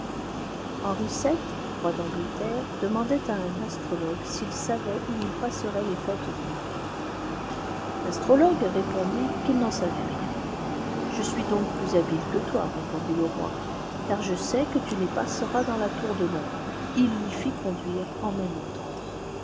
henri yii roi d'angleterre demandait à un astrologue s'il vait où il passerait les fêtes de noël l'astrologue répondit qu'il n'en savait rien c je suis donc plus habile que toi répondit le roi car je sais que tu les passeras dans la tour de londres il l'y fit conduire en même temps